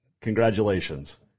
congratulations